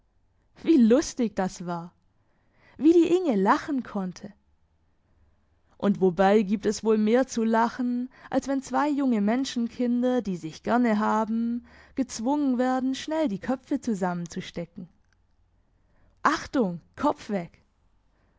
wie lustig das war wie die inge lachen konnte und wobei gibt es wohl mehr zu lachen als wenn zwei junge menschenkinder die sich gerne haben gezwungen werden schnell die köpfe zusammenzustecken achtung kopf weg